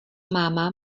máma